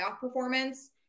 performance